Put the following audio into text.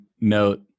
note